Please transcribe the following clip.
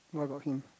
no I got him